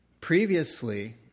previously